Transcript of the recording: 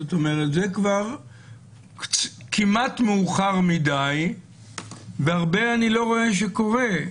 זה כבר כמעט מאוחר מדי והרבה אני לא רואה שקורה.